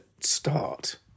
start